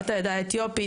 בת העדה האתיופית,